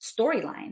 storyline